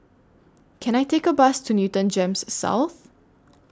Can I Take A Bus to Newton Gems South